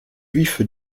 juif